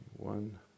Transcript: One